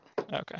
Okay